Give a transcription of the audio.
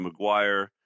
McGuire